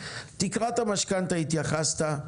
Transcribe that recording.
לתקרת המשכנתא התייחסת,